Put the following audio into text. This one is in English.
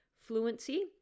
fluency